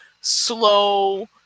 slow